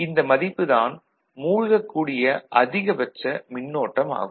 இந்த மதிப்பு தான் மூழ்கக்கூடிய அதிகபட்ச மின்னோட்டமாகும்